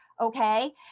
okay